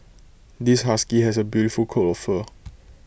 this husky has A beautiful coat of fur